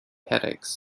headaches